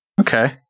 Okay